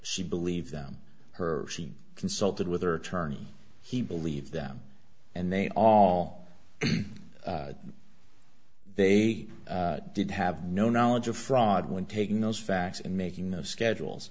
she believed them her she consulted with her attorney he believed them and they all they did have no knowledge of fraud when taking those facts and making those schedules